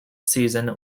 season